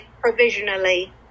provisionally